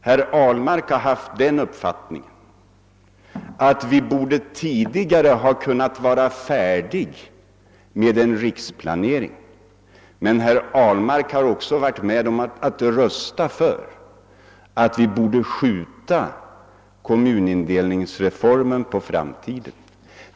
Herr Ahlmark har haft den uppfattningen, att vi borde ha kunnat vara färdiga tidigare med en riksplanering, men herr Ahlmark har också röstat för att vi skulle skjuta kommunindelningsreformen på framtiden.